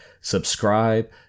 subscribe